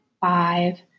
five